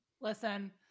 Listen